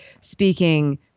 speaking